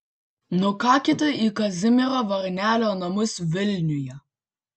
nukakite į kazimiero varnelio namus vilniuje